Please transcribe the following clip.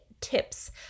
tips